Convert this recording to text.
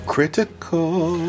Critical